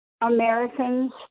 Americans